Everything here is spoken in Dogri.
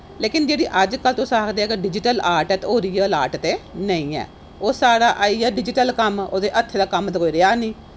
लेकिन जेह्की अजकल्ल तुस आखदे ओ कि डिजिटल आर्ट ते ओह् रियल आर्ट ते निं ऐ ओह् आईया साढ़ा डिजिटल कम्म ओह्दे च हत्थे दा कम्म ते कोई रेहा निं